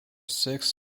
six